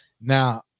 now